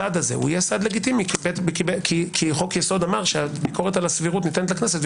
הסעד הזה יהיה לגיטימי כי חוק יסוד אמר שביקורת על סבירות ניתנת לכנסת,